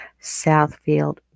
Southfield